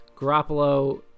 Garoppolo